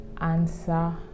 answer